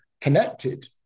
connected